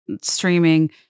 streaming